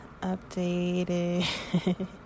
updated